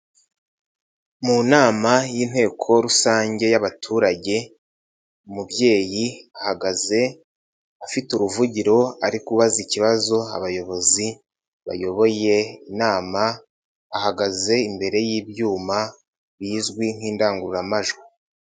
Mu nama y'inteko rusange y'abaturage, umubyeyi ahagaze afite uruvugiro ari kubaza ikibazo abayobozi bayoboye inama, ahagaze imbere y'ibyuma bizwi nk'indangururamajwi.